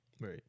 right